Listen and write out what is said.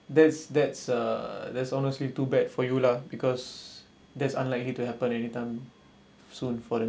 that's that's a that's honestly too bad for you lah because that's unlikely to happen anytime soon for them